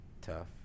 tough